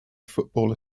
football